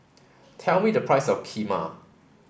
tell me the price of Kheema